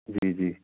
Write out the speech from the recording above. ਜੀ ਜੀ